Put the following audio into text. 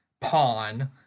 pawn